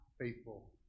faithful